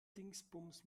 dingsbums